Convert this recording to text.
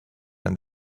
and